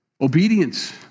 obedience